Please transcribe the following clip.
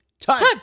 time